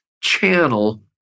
channel